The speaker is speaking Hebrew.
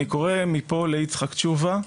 אני קורא מפה ליצחק תשובה,